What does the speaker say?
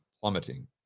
plummeting